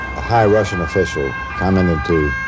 a high russian official commented to